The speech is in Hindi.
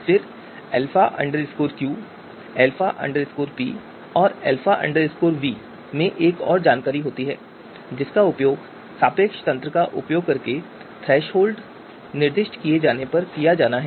फिर अल्फा q अल्फा p और अल्फा v में एक और जानकारी होती है जिसका उपयोग सापेक्ष तंत्र का उपयोग करके थ्रेसहोल्ड निर्दिष्ट किए जाने पर किया जाना है